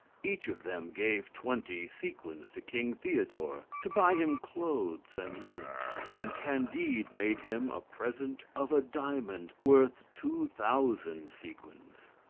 each of them gave twenty sequins to king theodore to buy him clothes and linen and candide made him a present of a diamond worth two thousand sequins.